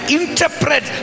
interpret